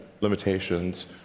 limitations